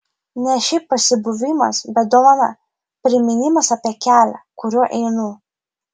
ne šiaip pasibuvimas bet dovana priminimas apie kelią kuriuo einu